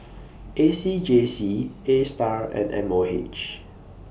A C J C A STAR and M O H